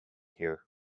here